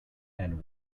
and